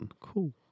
cool